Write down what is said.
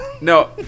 no